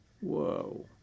Whoa